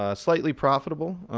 ah slightly profitable.